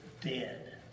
dead